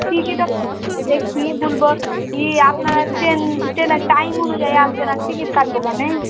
টিকিটও দেখি বলবো কি আপনারা ট্রেন ট্রেনের টাইম অনুযায়ী আসবে না টিকিট কাটবো কেন